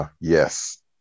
yes